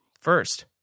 First